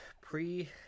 pre